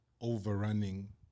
overrunning